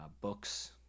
books